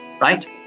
right